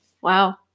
Wow